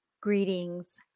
greetings